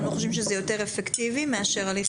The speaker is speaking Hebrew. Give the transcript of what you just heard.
אתם לא חושבים שזה לא יותר אפקטיבי מאשר הליך